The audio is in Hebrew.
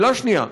שאלה שנייה,